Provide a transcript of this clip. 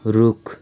रुख